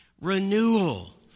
renewal